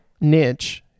niche